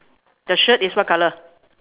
the shirt is what colour